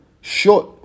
short